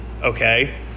Okay